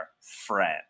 friend